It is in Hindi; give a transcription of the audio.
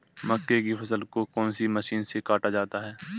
मक्के की फसल को कौन सी मशीन से काटा जाता है?